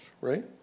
right